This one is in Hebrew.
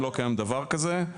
לא קיים דבר כזה.